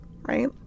right